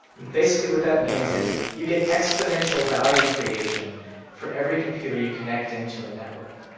basically what that means is you get exponential value creation for every computer you connect into a network.